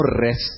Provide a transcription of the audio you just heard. rest